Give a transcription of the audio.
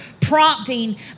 prompting